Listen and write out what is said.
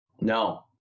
no